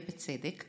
ובצדק,